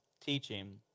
teaching